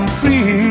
free